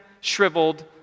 shriveled